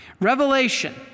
Revelation